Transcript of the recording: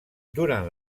durant